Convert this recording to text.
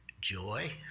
joy